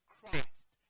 Christ